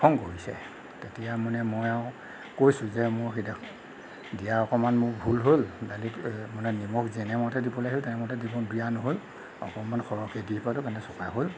খং কৰিছে তেতিয়া মানে মই আৰু কৈছোঁ যে মোৰ দিয়াত অকণমান মোৰ ভুল হ'ল দালিত মানে নিমখ যেনেমতে দিব লাগিছিল তেনেমতে নিমখ দিয়া নহ'ল অকণমান সৰহকৈ দি পালোঁ কাৰণে চোকা হ'ল